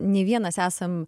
nei vienas esam